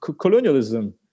colonialism